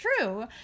true